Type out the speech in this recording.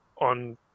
on